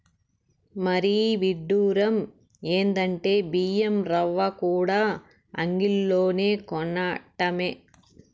మరీ ఇడ్డురం ఎందంటే బియ్యం రవ్వకూడా అంగిల్లోనే కొనటమే